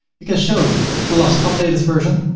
you can show the last updated version